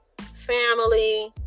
family